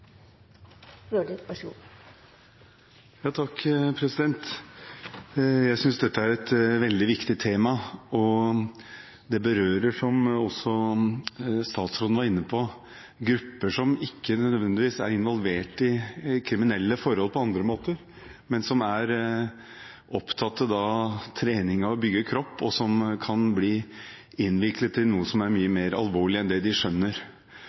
et veldig viktig tema, og det berører – som også statsråden var inne på – grupper som ikke nødvendigvis er involvert i kriminelle forhold på andre måter, men som er opptatt av trening, av å bygge kropp, og som kan bli viklet inn i noe som er mye mer alvorlig enn de skjønner.